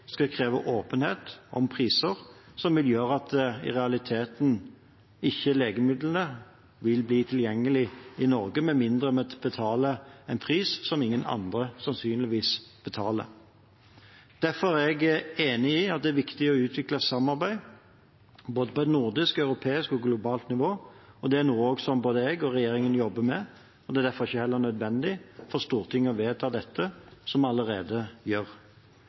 skal kreve åpenhet om priser, noe som i realiteten vil føre til at legemidlene ikke vil bli tilgjengelig i Norge med mindre vi betaler en pris som sannsynligvis ingen andre betaler. Derfor er jeg enig i at det er viktig å utvikle samarbeid både på et nordisk, europeisk og globalt nivå, og det er noe som jeg og regjeringen jobber med. Det er derfor heller ikke nødvendig for Stortinget å vedta dette som vi allerede gjør.